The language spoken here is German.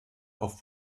auf